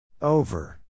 Over